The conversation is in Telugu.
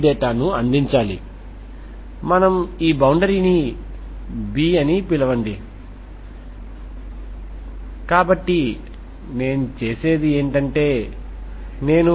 T ద్వారా విభజించవచ్చు ఎందుకంటే ఇది నాన్ జీరో పరిష్కారం కాబట్టి మీరు పొందేది TtT 2XxXx0